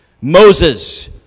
Moses